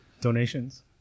Donations